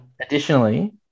Additionally